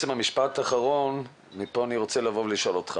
אני רוצה לשאול אותך